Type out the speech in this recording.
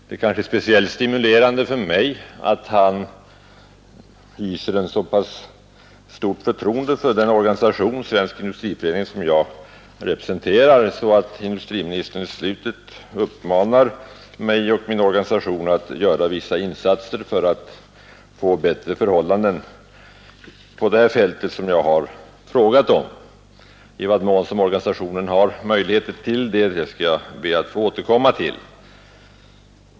Det är kanske speciellt stimulerande för mig att han hyser ett så pass stort förtroende för den organisation, Svensk industriförening, som jag representerar, att han i slutet uppmanar mig och min organisation att göra vissa insatser för att åstadkomma bättre förhållanden på det område min fråga gäller. Beträffande organisationens möjligheter härvidlag skall jag be att få återkomma.